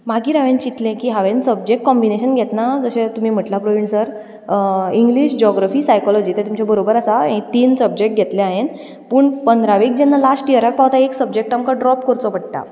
मागीर हांवें चितलें की हांवें सब्जेक्ट कॉम्बीनेशन घेतना जशें तुमी म्हटलां Praveen sir English geography psychology तें तुमचें बरोबर आसा हे तीन सब्जेक्ट घेतले हांवें पूण पंदरावेक जेन्ना लास्ट इयराक पावता एक सब्जेक्ट आमकां ड्रॉप करचो पडटा